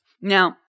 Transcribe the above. Now